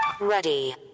Ready